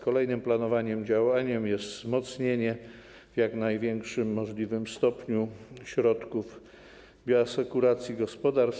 Kolejnym planowanym działaniem jest wzmocnienie w jak największym możliwym stopniu środków bioasekuracji gospodarstw.